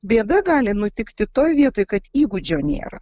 bėda gali nutikti toj vietoj kad įgūdžio nėra